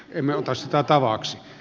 emme ota sitä tavaksi